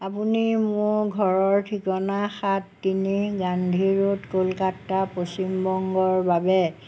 আপুনি মোৰ ঘৰৰ ঠিকনা সাত তিনি গান্ধী ৰোড কলকাতা পশ্চিমবংগৰ বাবে